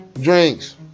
Drinks